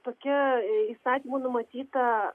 tokia įstatymu numatyta